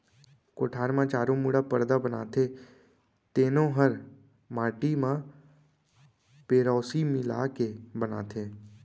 कोठार म चारों मुड़ा परदा बनाथे तेनो हर माटी म पेरौसी मिला के बनाथें